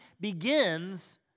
begins